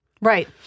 Right